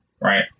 Right